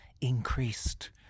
increased